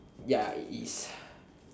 ya it is